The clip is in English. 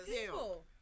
people